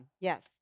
yes